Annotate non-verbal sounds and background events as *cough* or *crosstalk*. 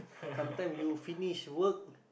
*noise* sometime you finish work